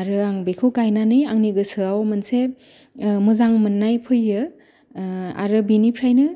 आरो आं बेखौ गायनानै आंनि गोसोआव मोनसे मोजां मोननाय फैयो आरो बिनिफ्रायनो